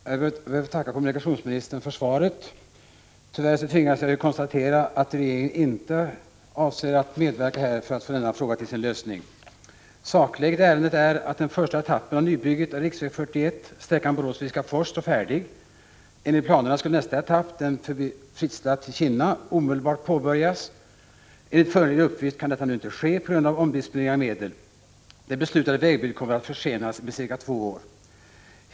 Fru talman! Jag ber att få tacka kommunikationsministern för svaret. Tyvärr tvingas jag konstatera att regeringen inte avser att medverka till att föra denna fråga till sin lösning. Sakläget är att den första etappen av ombyggnaden av riksväg 41 — sträckan Borås-Viskafors — är slutförd. Enligt planerna skulle nästa etapp, dvs. ombyggnaden av vägsträckan Kinna-Fritsla, omedelbart påbörjas. Enligt föreliggande uppgifter kan detta inte ske på grund av omdisponering av medel. Det beslutade vägbygget kommer att försenas cirka två år.